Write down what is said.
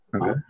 Okay